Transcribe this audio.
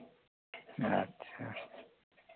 ᱟᱪᱪᱷᱟ